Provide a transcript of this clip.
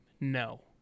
No